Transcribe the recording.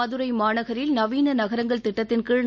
மதுரை மாநகரில் நவீன நகரங்கள் திட்டத்தின் கீழ்